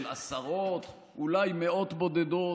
של עשרות, אולי מאות בודדות,